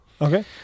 Okay